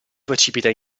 precipita